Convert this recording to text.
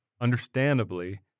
Understandably